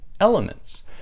elements